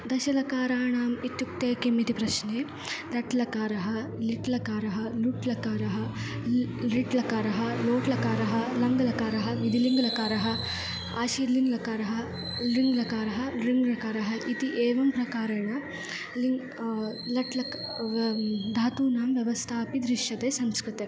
दशलकाराणाम् इत्युक्ते किम् इति प्रश्ने लट् लकारः लिट् लकारः लुट् लकारः ल् लृट् लकारः लोट् लकारः लङ्ग् लकारः विधिलिङ्ग् लकारः आशीर्लिङ्ग् लकारः लृङ्ग् लकारः रुङ्ग् लकारः इति एवं प्रकारेण लिङ्ग् लट् लक धातूनां व्यवस्थापि दृश्यते संस्कृते